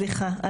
סליחה,